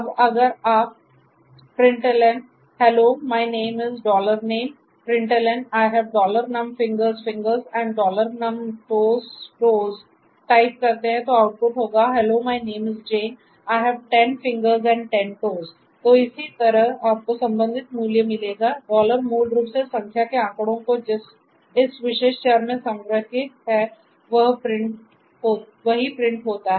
अब अगर आप println println टाइप करते हैं तो आउटपुट होगा Hello my name is Jane I have 10 fingers and 10 toes तो इसी तरह आपको संबंधित मूल्य मिलेगा डॉलर मूल रूप संख्या के आंकड़े जो इस विशेष चर में संग्रहीत हैवही प्रिंट होता है